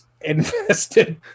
invested